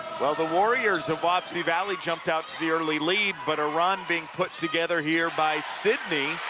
well, the warriors of wapsie valley jumped out to the early lead but a run being put together here by sidney